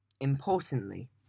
Importantly